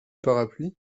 parapluie